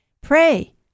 Pray